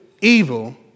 evil